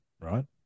right